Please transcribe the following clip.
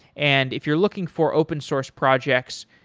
and if you're looking for open source projects,